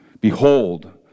Behold